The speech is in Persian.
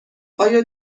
آیا